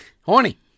Horny